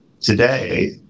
today